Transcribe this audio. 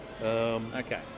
Okay